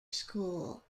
school